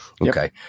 Okay